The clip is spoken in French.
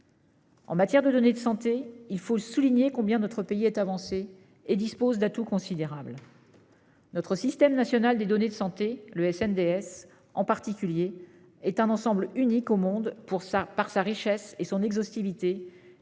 En matière de données de santé, il faut souligner combien notre pays est avancé et dispose d'atouts considérables. Notre SNDS, en particulier, est un ensemble unique au monde par sa richesse et son exhaustivité.